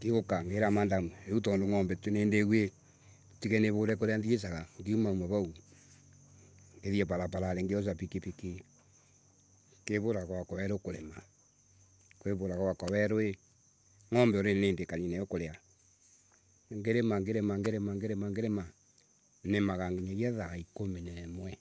ngiuka ngira madam nu tondu ng’ombe nindiuii ndutige nivure kuria nthiesaga. Ngiuma vau. ngithe varavaran ngioca pikipiki. Ngivura gwaka weru kurima. Kwivura gwaka weru ii. ng’ombe already nindikanine nayo va kuria. Ngirima ngirima ngirima ngirima ngirima. Nimaga nginya thaa ikumi na imwe.